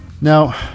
Now